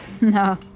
No